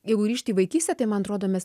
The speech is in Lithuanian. jeigu grįžti į vaikystę tai man atrodo mes